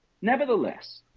Nevertheless